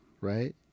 Right